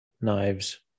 knives